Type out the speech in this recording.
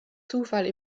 zufall